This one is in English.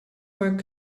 work